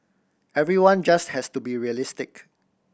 everyone just has to be realistic